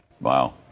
Wow